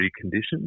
conditions